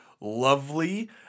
lovely